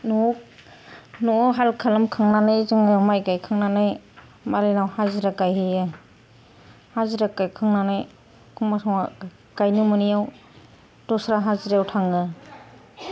न'आव न'आव हाल खालाम खांनानै जोङो माइ गायखांनानै मालायनाव हाजिरा गायहैयो हाजिरा गायखांनानै एखमब्ला समाव गायनो मोनैआव दस्रा हाजिरायाव थाङो